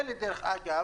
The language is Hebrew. דרך אגב,